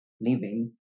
leaving